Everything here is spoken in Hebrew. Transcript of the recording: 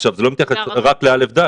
זה לא מתייחס רק לא'-ד',